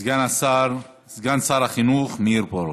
סגן שר החינוך מאיר פרוש.